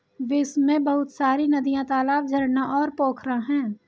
विश्व में बहुत सारी नदियां, तालाब, झरना और पोखरा है